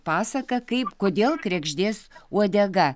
pasaka kaip kodėl kregždės uodega